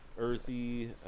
earthy